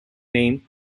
name